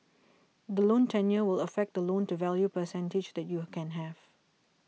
the loan tenure will affect the loan to value percentage that you a can have